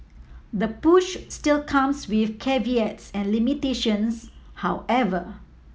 the push still comes with caveats and limitations however